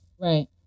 Right